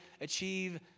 achieve